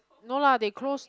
no lah they closed